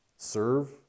Serve